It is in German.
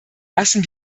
lassen